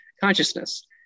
consciousness